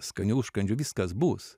skanių užkandžių viskas bus